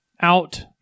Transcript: out